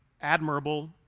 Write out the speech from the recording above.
admirable